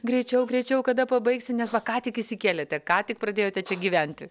greičiau greičiau kada pabaigsi nes va ką tik įsikėlėte ką tik pradėjote čia gyventi